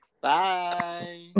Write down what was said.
Bye